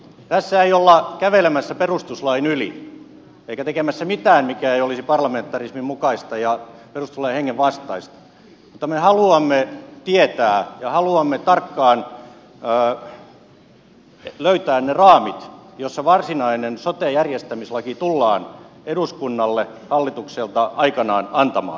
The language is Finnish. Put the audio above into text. tässä ei olla kävelemässä perustuslain yli eikä tekemässä mitään mikä ei olisi parlamentarismin mukaista ja olisi perustuslain hengen vastaista mutta me haluamme tietää ja haluamme löytää ne raamit joissa varsinainen sote järjestämislaki tullaan eduskunnalle hallitukselta aikanaan antamaan